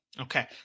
Okay